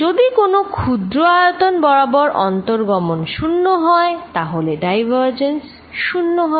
যদি কোনো ক্ষুদ্র আয়তন বরাবর অভ্যন্তর্গমন 0 হয় তাহলে ডাইভারজেন্স 0 হবে